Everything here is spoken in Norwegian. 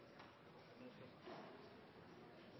satsene, men det skal